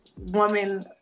woman